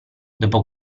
dopo